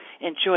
enjoy